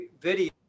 video